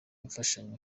mfashanyo